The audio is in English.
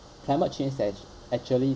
climate change has actually